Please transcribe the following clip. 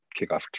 kickoff